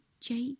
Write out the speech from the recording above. Jake